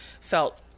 felt